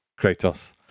Kratos